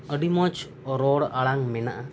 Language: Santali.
ᱟᱹᱰᱤ ᱢᱚᱸᱡᱽ ᱨᱚᱲ ᱟᱲᱟᱝ ᱢᱮᱱᱟᱜᱼᱟ